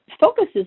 focuses